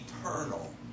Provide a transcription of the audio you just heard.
eternal